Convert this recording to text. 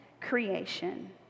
creation